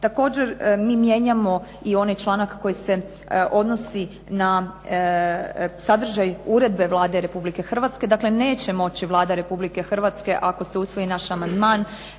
Također, mi mijenjamo i onaj članak koji se odnosi na sadržaj uredbe Vlade Republike Hrvatske. Dakle, neće moći Vlada Republike Hrvatske ako se usvoji naš amandman